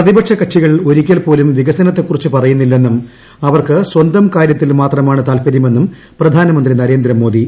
പ്രതിപക്ഷ കക്ഷികൾ ഒരിക്കൽപ്പോലും വികസനത്തെക്കുറിച്ച് പറയുന്നില്ലെന്നും അവർക്ക് സ്വന്തം കാരൃത്തിൽ മാത്രമാണ് താല്പ്പ്ര്യമെന്നും പ്രധാനമന്ത്രി നരേന്ദ്രമോദി